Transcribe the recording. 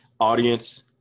audience